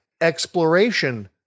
exploration